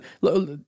look